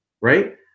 right